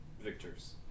Victor's